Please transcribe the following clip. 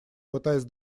пытаясь